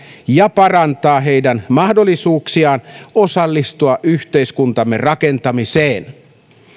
ja parantaa heidän mahdollisuuksiaan osallistua yhteiskuntamme rakentamiseen